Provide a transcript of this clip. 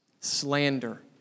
slander